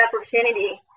opportunity